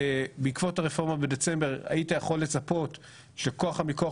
בעקבות הרפורמה בדצמבר היית יכול לצפות שכוח המיקוח